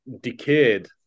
decayed